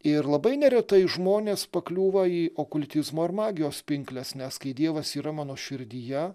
ir labai neretai žmonės pakliūva į okultizmo ir magijos pinkles nes kai dievas yra mano širdyje